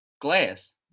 glass